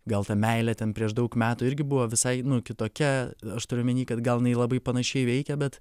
gal ta meilė ten prieš daug metų irgi buvo visai nu kitokia aš turiu omeny kad gal jinai labai panašiai veikia bet